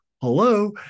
hello